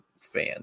fan